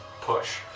Push